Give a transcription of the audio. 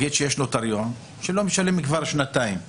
נגיד שיש נוטריון שלא משלם כבר שנתיים אגרה,